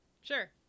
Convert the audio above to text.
Sure